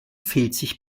filzig